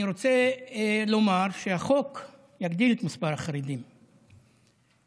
אני רוצה לומר שהחוק יגדיל את מספר החרדים המגויסים.